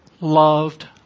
loved